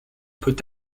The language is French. peut